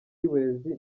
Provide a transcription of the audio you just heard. y’uburezi